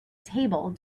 table